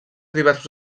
diversos